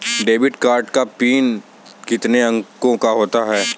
Debit card का pin कितने अंकों का होता है?